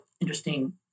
interesting